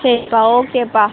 சரிப்பா ஓகேப்பா